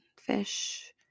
fish